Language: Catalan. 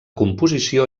composició